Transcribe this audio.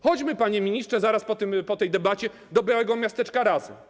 Chodźmy, panie ministrze, zaraz po tej debacie do białego miasteczka, razem.